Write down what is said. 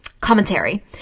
commentary